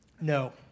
No